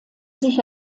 sich